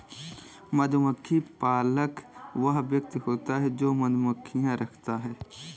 मधुमक्खी पालक वह व्यक्ति होता है जो मधुमक्खियां रखता है